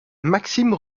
maxime